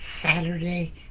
Saturday